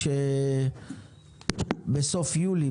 שבסוף יולי,